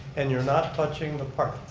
and you're not touching the park.